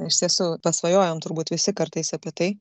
iš tiesų pasvajojam turbūt visi kartais apie tai